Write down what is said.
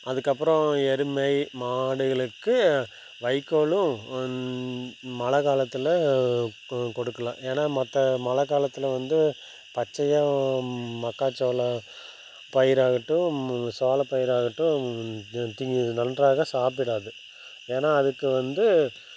அதுக்கப்புறம் எருமை மாடுகளுக்கு வைக்கோலும் மழை காலத்தில் கொ கொடுக்கலாம் ஏன்னால் மற்ற மழை காலத்தில் வந்து பச்சையாக மக்காச்சோளம் பயிராகட்டும் சோள பயிராகட்டும் தி நன்றாக சாப்பிடாது ஏன்னால் அதுக்கு வந்து